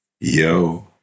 Yo